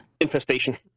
Infestation